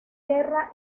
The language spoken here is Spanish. guerra